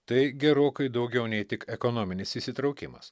tai gerokai daugiau nei tik ekonominis įsitraukimas